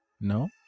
No